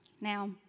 Now